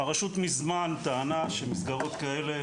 הרשות מזמן טענה שמסגרות כאלה,